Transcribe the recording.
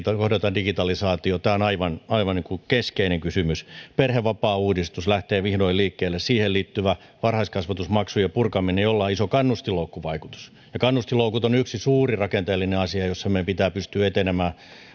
kohdata digitalisaatio tämä on aivan aivan keskeinen kysymys perhevapaauudistus lähtee vihdoin liikkeelle siihen liittyvä varhaiskasvatusmaksujen purkaminen jolla on iso kannustinloukkuvaikutus kannustinloukut ovat yksi suuri rakenteellinen asia jossa meidän pitää pystyä etenemään